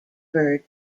bird